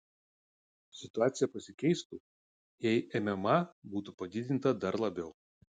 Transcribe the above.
situacija pasikeistų jei mma būtų padidinta dar labiau